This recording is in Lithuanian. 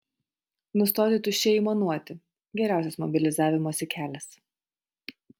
nustoti tuščiai aimanuoti geriausias mobilizavimosi kelias